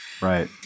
Right